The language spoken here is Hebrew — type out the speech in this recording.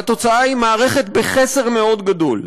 והתוצאה היא מערכת בחסר מאוד גדול,